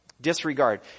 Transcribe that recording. Disregard